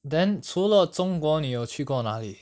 then 除了中国你有去过那里